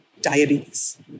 diabetes